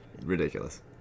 ridiculous